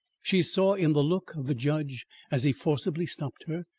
she saw in the look of the judge as he forcibly stopped her,